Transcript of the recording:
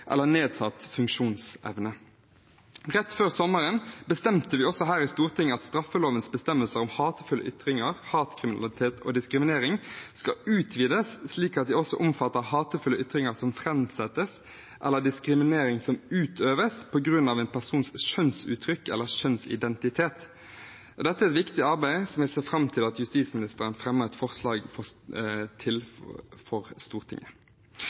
eller nedsatt funksjonsevne. Rett før sommeren bestemte vi her i Stortinget at straffelovens bestemmelser om hatefulle ytringer, hatkriminalitet og diskriminering skal utvides slik at de også omfatter hatefulle ytringer som framsettes, eller diskriminering som utøves, på grunn av en persons kjønnsuttrykk eller kjønnsidentitet. Dette er et viktig arbeid som jeg ser fram til at justisministeren fremmer et forslag om for Stortinget. Til tross for